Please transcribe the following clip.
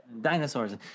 dinosaurs